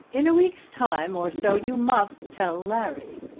in a week's time or so you must tell larry.